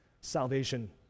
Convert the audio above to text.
Salvation